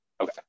okay